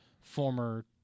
former